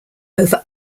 over